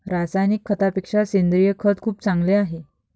रासायनिक खतापेक्षा सेंद्रिय खत खूप चांगले आहे